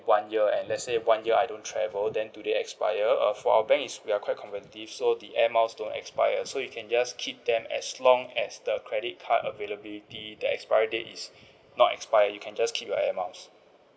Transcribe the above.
one year and let's say one year I don't travel then today expire uh for our bank is we are quite competitive so the Air Miles don't expire so you can just keep them as long as the credit card availability the expiry date is not expire you can just keep your Air Miles